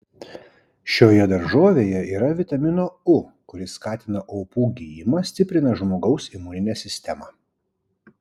šioje daržovėje yra vitamino u kuris skatina opų gijimą stiprina žmogaus imuninę sistemą